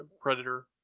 Predator